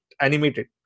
animated